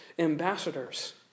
ambassadors